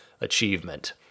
achievement